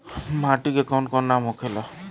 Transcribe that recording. माटी के कौन कौन नाम होखे ला?